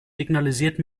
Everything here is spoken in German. signalisiert